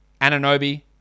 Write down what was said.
Ananobi